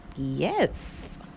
Yes